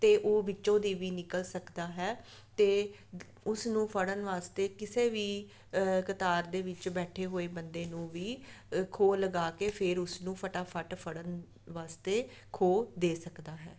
ਅਤੇ ਉਹ ਵਿੱਚੋਂ ਦੀ ਵੀ ਨਿਕਲ ਸਕਦਾ ਹੈ ਅਤੇ ਉਸ ਨੂੰ ਫੜਨ ਵਾਸਤੇ ਕਿਸੇ ਵੀ ਕਤਾਰ ਦੇ ਵਿੱਚ ਬੈਠੇ ਹੋਏ ਬੰਦੇ ਨੂੰ ਵੀ ਖੋ ਲਗਾ ਕੇ ਫਿਰ ਉਸਨੂੰ ਫਟਾਫਟ ਫੜਨ ਵਾਸਤੇ ਖੋ ਦੇ ਸਕਦਾ ਹੈ